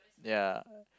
ya